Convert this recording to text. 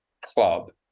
club